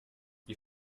die